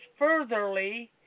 furtherly